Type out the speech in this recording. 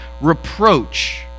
reproach